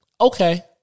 Okay